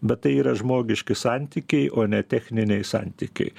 bet tai yra žmogiški santykiai o ne techniniai santykiai